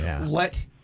Let